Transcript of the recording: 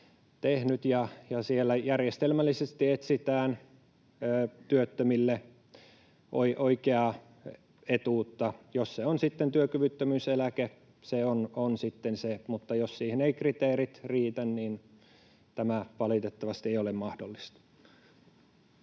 ja siellä järjestelmällisesti etsitään työttömille oikeaa etuutta. Jos se on sitten työkyvyttömyyseläke, se on sitten se, mutta jos siihen eivät kriteerit riitä, niin tämä valitettavasti ei ole mahdollista.